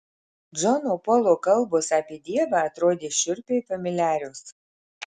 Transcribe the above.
džono polo kalbos apie dievą atrodė šiurpiai familiarios